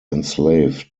enslaved